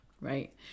right